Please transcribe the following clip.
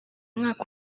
mwaka